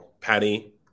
Patty